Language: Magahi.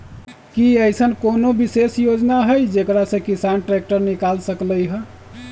कि अईसन कोनो विशेष योजना हई जेकरा से किसान ट्रैक्टर निकाल सकलई ह?